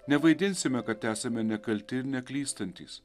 nevaidinsime kad esame nekalti ir neklystantys